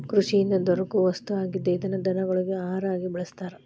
ಕೃಷಿಯಿಂದ ದೊರಕು ವಸ್ತು ಆಗಿದ್ದ ಇದನ್ನ ದನಗೊಳಗಿ ಆಹಾರಾ ಆಗಿ ಬಳಸ್ತಾರ